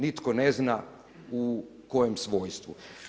Nitko ne zna u kojem svojstvu.